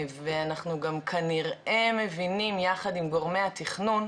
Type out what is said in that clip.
ואנחנו גם כנראה מבינים יחד עם גורמי התכנון,